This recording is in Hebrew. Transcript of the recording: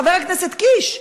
חבר הכנסת קיש,